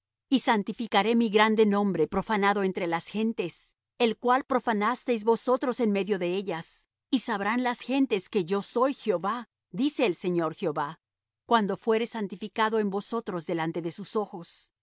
y santificaré mi grande nombre profanado entre las gentes el cual profanasteis vosotros en medio de ellas y sabrán las gentes que yo soy jehová dice el señor jehová cuando fuere santificado en vosotros delante de sus ojos y